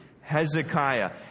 Hezekiah